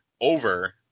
over